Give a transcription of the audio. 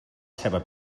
ceba